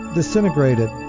disintegrated